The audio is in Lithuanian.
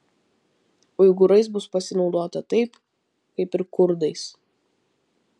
uigūrais bus pasinaudota taip kaip ir kurdais